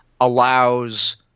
allows